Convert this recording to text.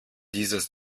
dieses